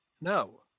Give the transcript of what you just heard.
No